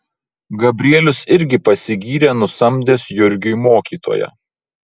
gabrielius irgi pasigyrė nusamdęs jurgiui mokytoją